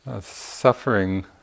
suffering